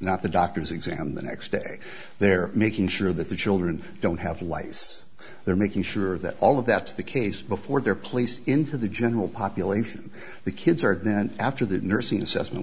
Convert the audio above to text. not the doctor's examine next day they're making sure that the children don't have lice they're making sure that all of that to the case before they're placed into the general population the kids are then after that nursing assessment